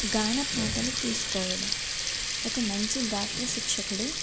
గాన పాటలు తీసుకోవడం ఒక మంచి గాత్ర శిక్షకుడు